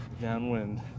Downwind